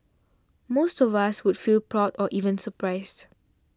most of us would feel proud or even surprised